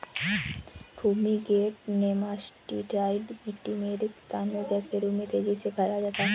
fumigant nematicide मिटटी में रिक्त स्थान में गैस के रूप में तेजी से फैलाया जाता है